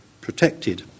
protected